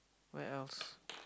where else